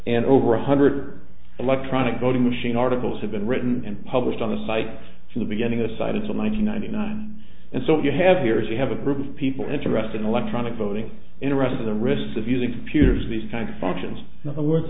and over one hundred electronic voting machine articles have been written and published on the site from the beginning aside it's one nine hundred ninety nine and so you have here is we have a group of people interested in electronic voting in or out of the risks of using computers these kind of functions in other words